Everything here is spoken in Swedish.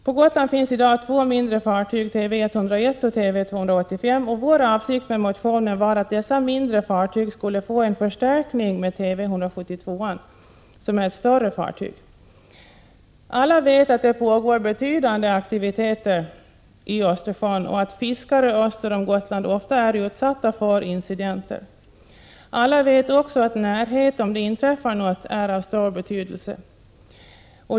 På Gotland finns i dag två mindre fartyg Tv 101 och Tv 285, och vår avsikt med motionen var att dessa mindre fartyg skulle få en förstärkning med Tv 172, som är ett större fartyg. Alla vet att det pågår betydande aktiviteter i Östersjön och att fiskare öster om Gotland ofta är utsatta för incidenter. Alla vet också att närhet, om det inträffar något, är av stor betydelse.